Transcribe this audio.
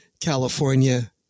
California